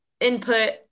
Input